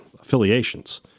affiliations